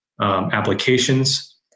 applications